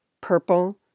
purple